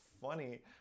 funny